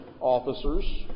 officers